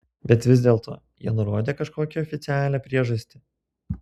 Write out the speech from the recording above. bet vis dėlto jie nurodė kažkokią oficialią priežastį